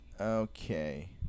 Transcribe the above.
okay